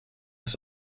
des